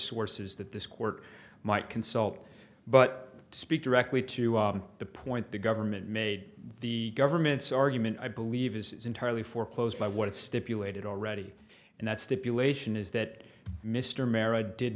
sources that this court might consult but speak directly to the point the government made the government's argument i believe is entirely foreclosed by what it stipulated already and that stipulation is that mr mero did